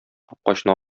капкачны